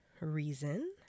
reason